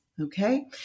Okay